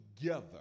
together